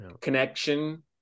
connection